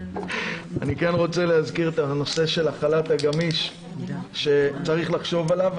אני כן רוצה להזכיר את הנושא של החל"ת הגמיש שצריך לחשוב עליו.